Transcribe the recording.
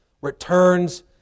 returns